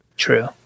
True